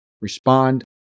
respond